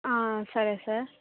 సరే సార్